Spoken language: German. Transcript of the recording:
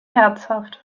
herzhaft